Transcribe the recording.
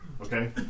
Okay